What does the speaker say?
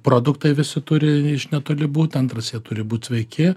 produktai visi turi ne iš netoli būt antras jie turi būt sveiki